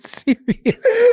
serious